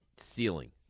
Ceiling